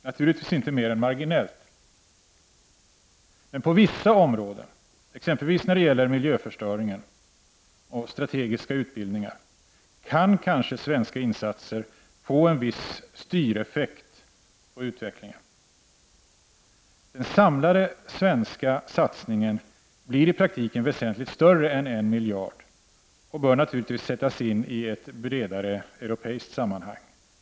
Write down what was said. Naturligtvis inte mer än marginellt, men på vissa områden, exempelvis när det gäller miljöförstöringen och strategiska utbildningar, kan kanske svenska insatser få en viss styreffekt på utvecklingen. Den samlade svenska satsningen blir i praktiken väsentligt större än 1 miljard och bör naturligtvis sättas in i ett bredare europeiskt sammanhang.